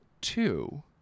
two